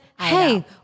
hey